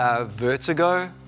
vertigo